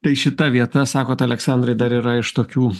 tai šita vieta sakot aleksandrai dar yra iš tokių